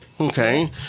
Okay